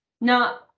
Now